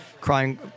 crying